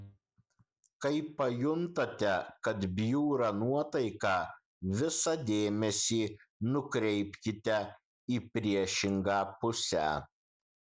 kai pajuntate kad bjūra nuotaika visą dėmesį nukreipkite į priešingą pusę